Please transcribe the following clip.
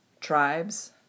tribes